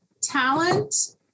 talent